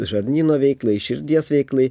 žarnyno veiklai širdies veiklai